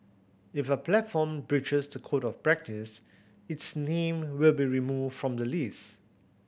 if a platform breaches the Code of Practise its name will be removed from the list